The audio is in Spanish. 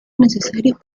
necesario